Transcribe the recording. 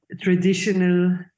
traditional